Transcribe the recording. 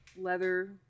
leather